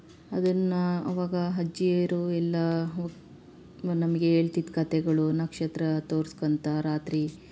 ಅದನ್ನ ಅವಾಗ ಅಜ್ಜಿಯರು ಎಲ್ಲ ನಮಗೆ ಹೇಳ್ತಿದ್ದ ಕಥೆಗಳು ನಕ್ಷತ್ರ ತೋರ್ಸ್ಕೊಂತಾ ರಾತ್ರಿ